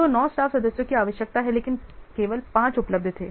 तो 9 स्टाफ सदस्यों की आवश्यकता है लेकिन केवल 5 उपलब्ध थे